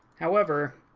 however,